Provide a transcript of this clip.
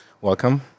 Welcome